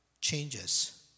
changes